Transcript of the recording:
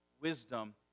wisdom